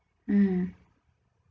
mm